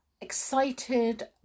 excited